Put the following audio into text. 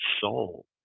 soul